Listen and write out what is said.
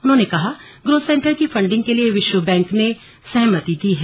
उन्होंने कहा growth centre की फंडिग के लिए विश्व बैंक ने सहमति दी है